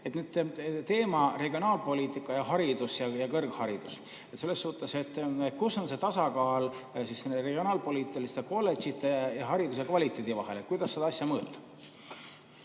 puudutab regionaalpoliitikat ja haridust, ka kõrgharidust, selles suhtes, et kus on see tasakaal regionaalpoliitiliste kolledžite ja hariduse kvaliteedi vahel. Kuidas seda asja mõõta?